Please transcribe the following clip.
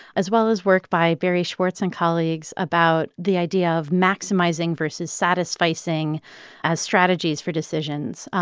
as well as work by barry schwartz and colleagues about the idea of maximizing versus satisficing as strategies for decisions.